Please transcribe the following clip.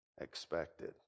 expected